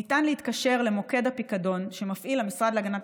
ניתן להתקשר למוקד הפיקדון שמפעיל המשרד להגנת